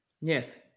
Yes